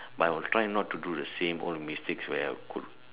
but I'll try not to do the same old mistakes where I could